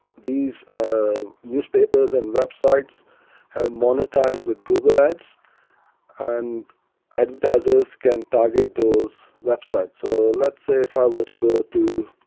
these ah newspapers and websites have monetized with google ads and advertisers can target those websites. so lets say if i were to go to,